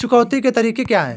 चुकौती के तरीके क्या हैं?